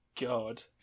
god